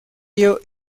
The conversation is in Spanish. ello